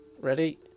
Ready